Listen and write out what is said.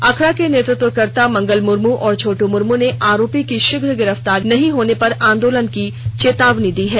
आखड़ा के नेतृत्वकर्ता मंगल मुर्मू और छोटो मुर्मू ने आरोपी की शीघ्र गिरफ्तारी नहीं होने पर आंदोलन की चेतावनी दी है